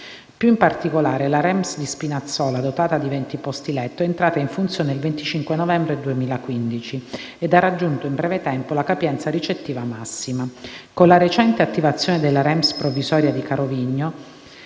Più in particolare, la REMS di Spinazzola, dotata di 20 posti letto, è entrata in funzione il 25 novembre 2015 ed ha raggiunto in breve tempo la capienza recettiva massima. Con la recente attivazione della REMS provvisoria di Carovigno